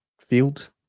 field